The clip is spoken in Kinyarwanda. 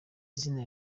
zina